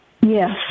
Yes